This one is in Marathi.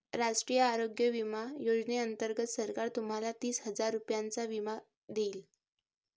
राष्ट्रीय आरोग्य विमा योजनेअंतर्गत सरकार तुम्हाला तीस हजार रुपयांचा विमा देईल